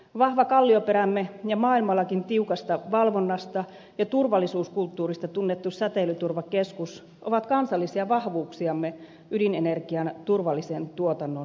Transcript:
vahva kallioperämme ja maailmallakin tiukasta valvonnasta ja turvallisuuskulttuurista tunnettu säteilyturvakeskus ovat kansallisia vahvuuksiamme ydinenergian turvallisen tuotannon puolesta